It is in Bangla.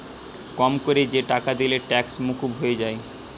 কম কোরে যে টাকা দিলে ট্যাক্স মুকুব হয়ে যায়